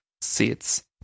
seats